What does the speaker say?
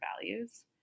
values